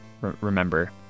remember